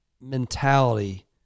mentality